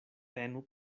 tenu